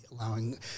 allowing